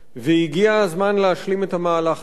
והגיע הזמן להשלים את המהלך הזה.